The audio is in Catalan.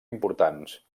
importants